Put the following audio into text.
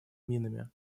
минами